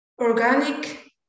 organic